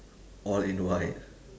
all in white